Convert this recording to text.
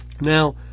Now